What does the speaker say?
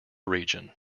region